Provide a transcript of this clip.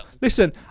Listen